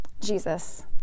Jesus